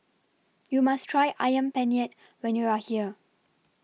YOU must Try Ayam Penyet when YOU Are here